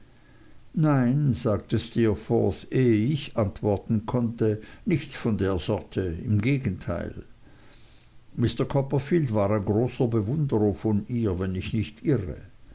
nein sagte steerforth ehe ich antworten konnte nichts von der sorte im gegenteil mr copperfield war ein großer bewunderer von ihr wenn ich nicht irre